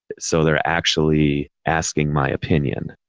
so they're actually asking my opinion,